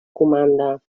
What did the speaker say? comanda